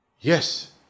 Yes